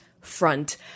front